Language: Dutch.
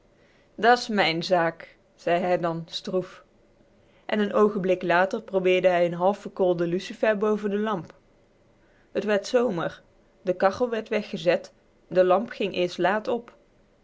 gelooven da's mijn zaak zei hij dan stroef en n oogenblik later probeerde hij n half verkoolden lucifer boven de lamp het werd zomer de kachel werd weggezet de lamp ging eerst ààt op